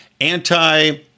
anti